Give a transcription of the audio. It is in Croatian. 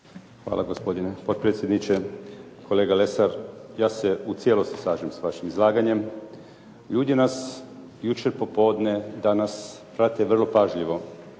Hvala, gospodine potpredsjedniče. Kolega Lesar, ja se u cijelosti slažem s vašim izlaganjem. Ljudi nas jučer popodne, danas prate vrlo pažljivo